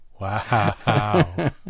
Wow